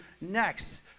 next